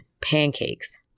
Pancakes